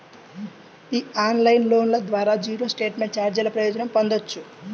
ఈ ఆన్లైన్ లోన్ల ద్వారా జీరో స్టేట్మెంట్ ఛార్జీల ప్రయోజనం పొందొచ్చు